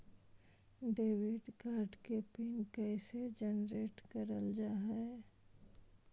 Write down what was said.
Debit card के pin कैसे generate करल जाहै?